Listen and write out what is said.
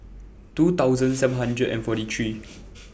two thousand seven hundred and forty three